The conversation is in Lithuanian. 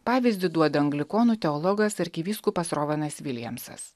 pavyzdį duoda anglikonų teologas arkivyskupas rovanas viljamsas